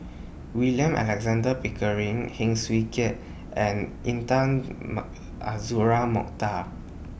William Alexander Pickering Heng Swee Keat and Intan Ma Azura Mokhtar